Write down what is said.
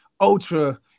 Ultra